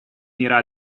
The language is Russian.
мира